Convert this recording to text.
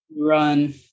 run